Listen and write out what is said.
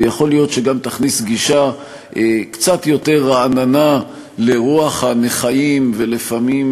ויכול להיות שגם תכניס גישה קצת יותר רעננה לנוכח רוח הנכאים ולפעמים,